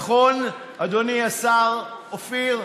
נכון, אדוני השר אופיר?